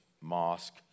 mosque